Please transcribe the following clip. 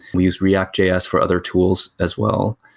we use reactjs for other tools as well.